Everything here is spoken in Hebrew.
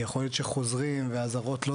כי יכול להיות שחוזרים ואז ההוראות לא